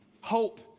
Hope